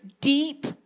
deep